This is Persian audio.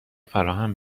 فراهم